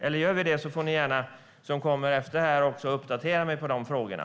Annars får gärna de som kommer efter mig i debatten uppdatera mig på de frågorna.